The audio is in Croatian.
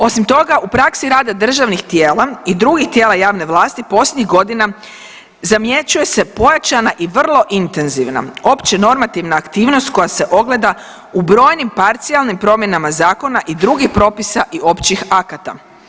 Osim toga u praksi rada državnih tijela i drugih tijela javne vlasti posljednjih godina zamjećuje se pojačana i vrlo intenzivna opće normativna aktivnost koja se ogleda u brojnim parcijalnim promjenama zakona i drugih propisa i općih akata.